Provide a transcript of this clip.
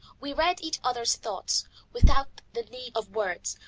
we read each other's thought without the need of words,